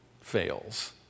fails